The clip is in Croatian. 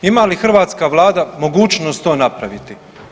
Ima li hrvatska vlada mogućnost to napraviti?